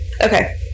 okay